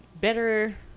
better